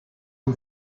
and